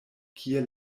kie